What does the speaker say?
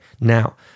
now